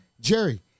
Jerry